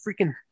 freaking